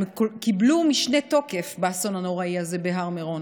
קיבלו משנה תוקף באסון הנוראי הזה בהר מירון.